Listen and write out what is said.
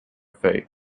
fate